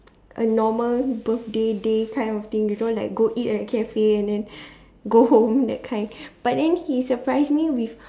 a normal birthday day kind of thing you know like go eat at a cafe and then go home that kind but then he surprise me with